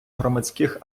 громадських